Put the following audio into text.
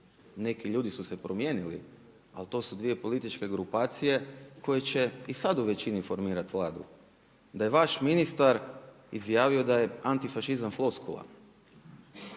neki ljudi su se promijenili ali to su dvije političke grupacije koje će i sad u većini formirati Vladu. Da je vaš ministar izjavio da je antifašizam floskula,